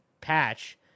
patch